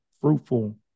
fruitful